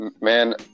Man